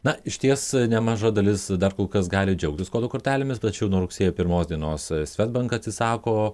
na išties nemaža dalis dar kol kas gali džiaugtis kodų kortelėmis tačiau nuo rugsėjo pirmos dienos swedbank atsisako